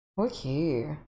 Okay